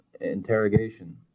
interrogation